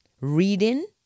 reading